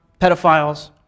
pedophiles